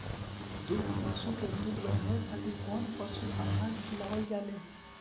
दुग्धारू पशु के दुध बढ़ावे खातिर कौन पशु आहार खिलावल जाले?